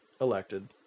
elected